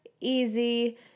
easy